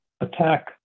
attack